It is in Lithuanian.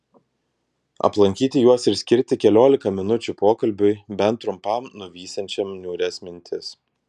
aplankyti juos ir skirti keliolika minučių pokalbiui bent trumpam nuvysiančiam niūrias mintis